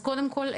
אז קודם כל,